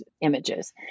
images